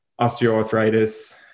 osteoarthritis